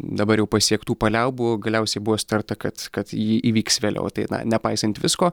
dabar jau pasiektų paliaubų galiausiai buvo sutarta kad kad ji įvyks vėliau tai na nepaisant visko